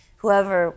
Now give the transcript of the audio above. whoever